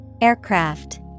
Aircraft